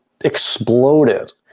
exploded